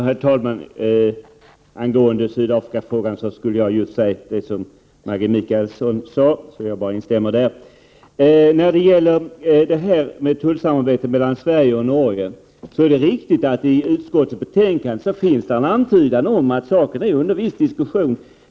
Herr talman! När det gäller Sydafrikafrågan skulle jag just säga det som Maggi Mikaelsson sade. Jag instämmer därför i det som hon sade. Beträffande tullsamarbetet mellan Sverige och Norge är det riktigt att det i utskottets betänkande finns en antydan om att frågan är under viss diskussion.